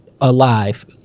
alive